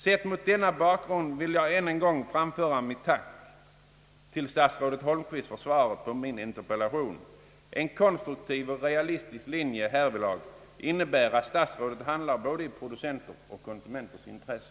Sett mot denna bakgrund vill jag än en gång framföra mitt tack till statsrådet Holmqvist för svaret på min interpellation. En konstruktiv och realistisk linje härvidlag innebär att statsrådet handlar i både konsumenters och producenters intresse.